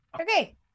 Okay